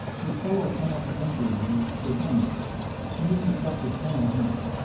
his fellow-plenipotentiaries were dummies and even the trusted colonel house,